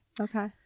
Okay